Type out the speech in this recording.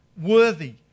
worthy